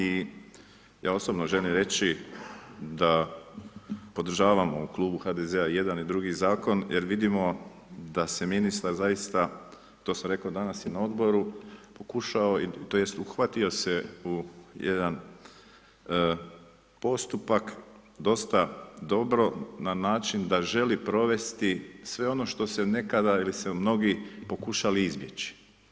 I ja osobno želim reći da podržavamo u klubu HDZ-a i jedan i drugi Zakon jer vidimo da se ministar zaista, to sam rekao danas i na Odboru, pokušao tj. uhvatio se u jedan postupak dosta dobro na način da želi provesti sve ono što se nekada ili su mnogi pokušali izbjeći.